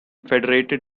federated